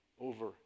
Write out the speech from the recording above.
over